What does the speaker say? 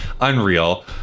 unreal